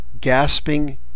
gasping